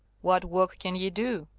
what work can ye do?